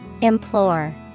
Implore